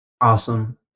Awesome